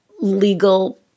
legal